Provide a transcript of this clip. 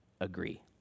agree